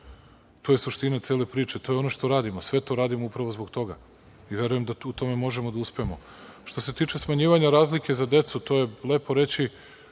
To je suština cele priče, to je ono što radimo, sve to radimo upravo zbog toga, i verujem da u tome možemo da uspemo. Što se tiče smanjivanje razlike za decu, to je lepo reći,